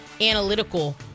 analytical